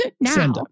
Now